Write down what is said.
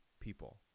people